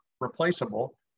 replaceable